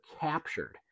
captured